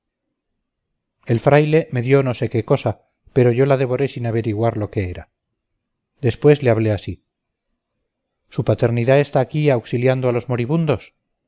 el fraile me dio no sé qué cosa pero yo la devoré sin averiguar lo que era después le hablé así su paternidad está aquí auxiliando a los moribundos